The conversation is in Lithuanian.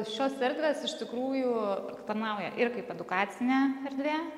šios erdvės iš tikrųjų tarnauja ir kaip edukacinė erdvė